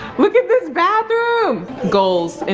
look at this bathroom. goals, and